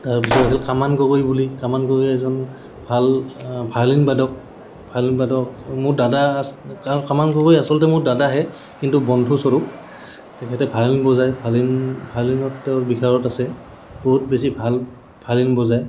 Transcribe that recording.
তাৰপিছত আছিল কামান গগৈ বুলি কামান গগৈ এজন ভাল ভায়লিন বাদক ভায়লিন বাদক মোৰ দাদা কামান গগৈ আচলতে মোৰ দাদাহে কিন্তু বন্ধুস্বৰূপ তেখেতে ভায়লিন বজায় ভায়লিন ভায়লিনত তেওঁৰ বিশাৰদ আছে বহুত বেছি ভাল ভায়লিন বজায়